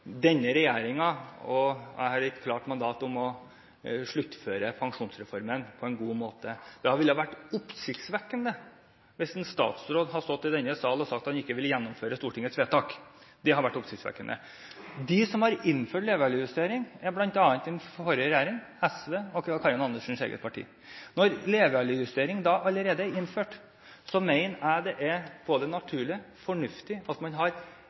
Denne regjeringen og jeg har et klart mandat om å sluttføre pensjonsreformen på en god måte. Det ville vært oppsiktsvekkende hvis en statsråd hadde stått i denne sal og sagt at han ikke ville gjennomføre Stortingets vedtak – det hadde vært oppsiktsvekkende. De som har innført levealdersjustering, er bl.a. den forrige regjeringen og SV, Karin Andersens eget parti. Når levealdersjustering allerede er innført, mener jeg det er både naturlig og fornuftig at man har